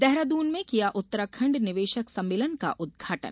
देहरादून में किया उत्तराखंड निवेशक सम्मेलन का उदघाटन